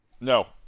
No